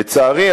לצערי,